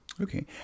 Okay